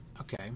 Okay